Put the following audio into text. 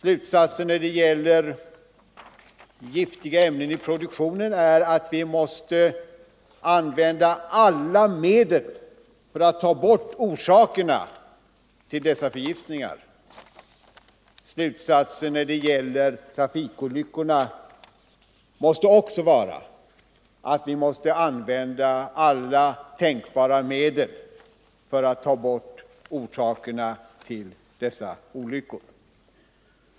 Slutsatsen när det gäller giftiga ämnen i produktionen är att vi måste använda alla medel för att ta bort orsakerna till dessa förgiftningar. Slutsatsen när det gäller trafikolyckorna måste också vara att vi måste använda alla tänkbara medel för att ta bort orsakerna till dessa olyckor.